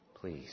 Please